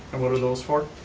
and what are those for?